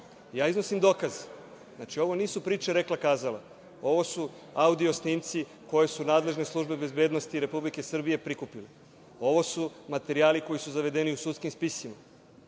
Ja iznosim dokaze. Ovo nisu priče rekla-kazala. Ovo su audio-snimci koje su nadležne službe bezbednosti Republike Srbije prikupile. Ovo su materijali koji su zavedeni u sudskim spisima.